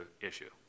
issue